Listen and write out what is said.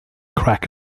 crack